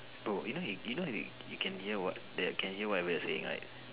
bro you know you you know you you can hear what they can hear whatever you're saying right